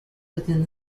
within